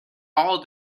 all